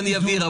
ואני אבהיר.